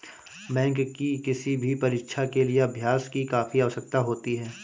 bank की किसी भी परीक्षा के लिए अभ्यास की काफी आवश्यकता होती है